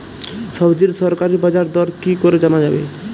সবজির সরকারি বাজার দর কি করে জানা যাবে?